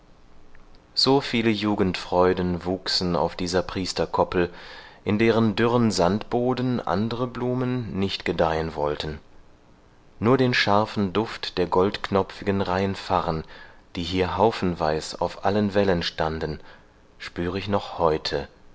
so viele jugendfreuden wuchsen auf dieser priesterkoppel in deren dürrem sandboden andere blumen nicht gedeihen wollten nur den scharfen duft der goldknopfigen rainfarren die hier haufenweis auf allen wällen standen spüre ich noch heute